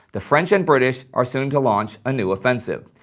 the french and british are soon to launch a new offensive.